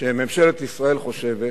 שממשלת ישראל חושבת